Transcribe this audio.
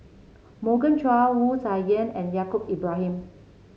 Morgan Chua Wu Tsai Yen and Yaacob Ibrahim